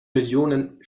millionen